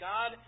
God